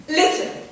listen